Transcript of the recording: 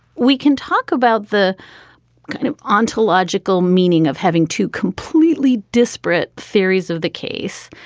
we can talk about the kind of ontological meaning of having two completely disparate theories of the case.